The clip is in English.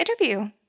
interview